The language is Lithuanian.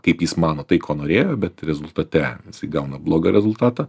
kaip jis mano tai ko norėjo bet rezultate gauna blogą rezultatą